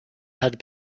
had